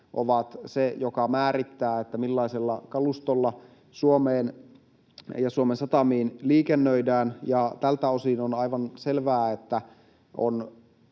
ovat ne, jotka määrittävät, millaisella kalustolla Suomeen ja Suomen satamiin liikennöidään. Ja tältä osin on aivan selvää, että